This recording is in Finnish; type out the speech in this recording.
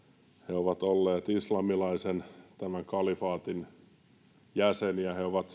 he ovat olleet tämän islamilaisen kalifaatin jäseniä he ovat